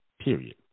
Period